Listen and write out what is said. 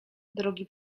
drogi